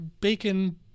Bacon